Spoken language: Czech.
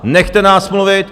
Nechte nás mluvit!